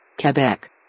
Quebec